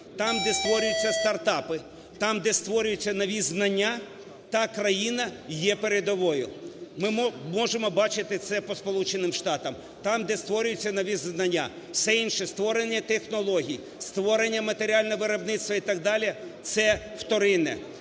Там, де створюються стартапи, там, де створюються нові знання, та країна є передовою. Ми можемо бачити це по Сполученим Штатам. Там, де створюється нове знання, все інше – створення технологій, створення матеріального виробництва і так далі – це вторинне.